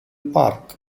park